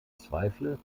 zweifle